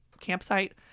campsite